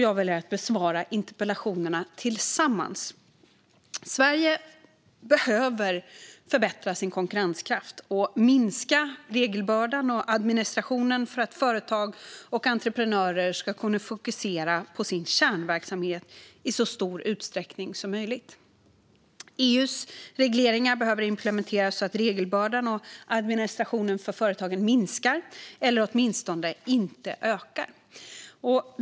Jag väljer att besvara interpellationerna tillsammans. Svar på interpellationer Sverige behöver förbättra sin konkurrenskraft och minska regelbördan och administrationen för att företag och entreprenörer ska kunna fokusera på sin kärnverksamhet i så stor utsträckning som möjligt. EU:s regleringar behöver implementeras så att regelbördan och administrationen för företagen minskar eller åtminstone inte ökar.